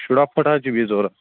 شُراہ فُٹ حظ چھ بیٚیہِ ضروٗرت